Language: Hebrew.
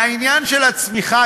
והעניין של הצמיחה,